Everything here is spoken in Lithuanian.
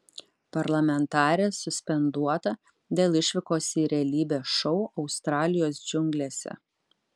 parlamentarė suspenduota dėl išvykos į realybės šou australijos džiunglėse